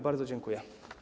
Bardzo dziękuję.